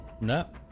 No